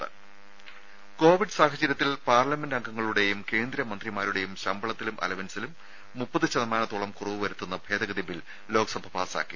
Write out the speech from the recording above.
രുഭ കോവിഡ് സാഹചര്യത്തിൽ പാർലമെന്റ് അംഗങ്ങളുടേയും കേന്ദ്ര മന്ത്രിമാരുടേയും ശമ്പളത്തിലും അലവൻസിലും മുപ്പത് ശതമാനത്തോളം കുറവ് വരുത്തുന്ന ഭേദഗതി ബിൽ ലോക്സഭ പാസാക്കി